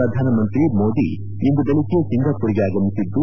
ಪ್ರಧಾನ ಮಂತ್ರಿ ಮೋದಿ ಇಂದು ಬೆಳಗ್ಗೆ ಸಿಂಗಾಪುರಗೆ ಆಗಮಿಸಿದ್ದು